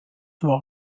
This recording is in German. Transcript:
war